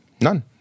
none